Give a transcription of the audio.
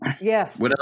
Yes